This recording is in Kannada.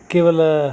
ಕೇವಲ